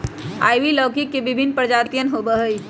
ivy लौकी के विभिन्न प्रजातियन होबा हई